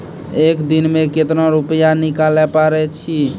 एक दिन मे केतना रुपैया निकाले पारै छी?